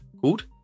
called